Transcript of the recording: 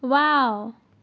wow